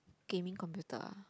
gaming computer